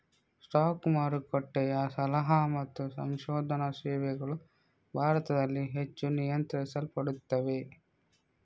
stock ಮಾರುಕಟ್ಟೆಯ ಸಲಹಾ ಮತ್ತು ಸಂಶೋಧನಾ ಸೇವೆಗಳು ಭಾರತದಲ್ಲಿ ಹೆಚ್ಚು ನಿಯಂತ್ರಿಸಲ್ಪಡುತ್ತವೆ